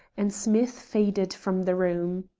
and smith faded from the room.